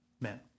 men